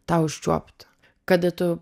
tą užčiuopti kada tu